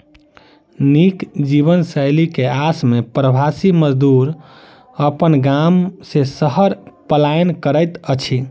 नीक जीवनशैली के आस में प्रवासी मजदूर अपन गाम से शहर पलायन करैत अछि